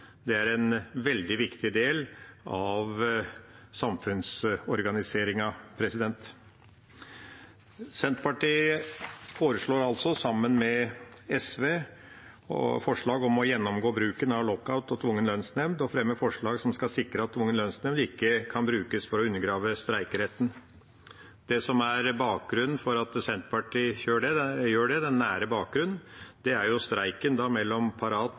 Det er en veldig viktig del av samfunnsorganiseringen. Senterpartiet fremmer, sammen med SV, forslag om å gjennomgå bruken av lockout og tvungen lønnsnemnd, og at tvungen lønnsnemnd ikke skal kunne brukes for å undergrave streikeretten. Det som er den nære bakgrunnen for at Senterpartiet gjør det, er streiken mellom Parat og Fagforbundet på den